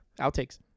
Outtakes